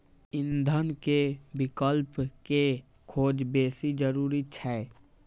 ईंधन के विकल्प के खोज बेसी जरूरी छै